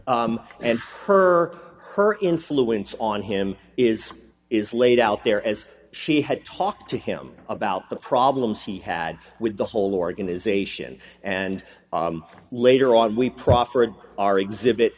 and her her influence on him is is laid out there as she had talked to him about the problems he had with the whole organization and later on we proffered our exhibit